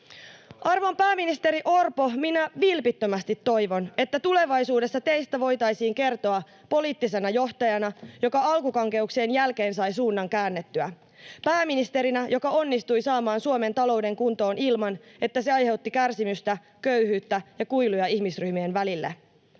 Arvon pääministeri Orpo, minä vilpittömästi toivon, että tulevaisuudessa teistä voitaisiin kertoa poliittisena johtajana, joka alkukankeuksien jälkeen sai suunnan käännettyä, pääministerinä, joka onnistui saamaan Suomen talouden kuntoon ilman, että se aiheutti kärsimystä, köyhyyttä ja kuiluja ihmisryhmien välille.